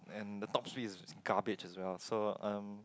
and the top speed is garbage as well so um